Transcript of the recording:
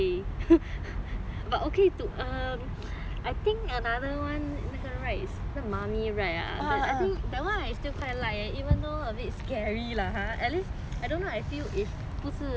um I think another one 那个 ride 那个 the mummy ride ah then I think that one I still quite like even though a bit scary lah at least I don't know I feel if 不是在外面 indoor